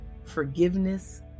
forgiveness